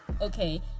okay